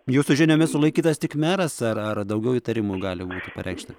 jūsų žiniomis sulaikytas tik meras ar ar daugiau įtarimų gali būti pareikšta